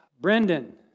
Brendan